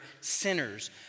sinners